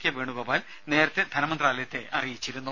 K Venugopal നേരത്തെ ധനമന്ത്രാലയത്തെ അറിയിച്ചിരുന്നു